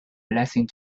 blessing